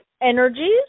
energies